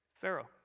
Pharaoh